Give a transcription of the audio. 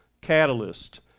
catalyst